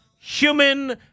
human